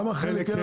למה חלק כן?